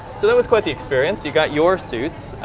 so that was quite the experience you got your suits.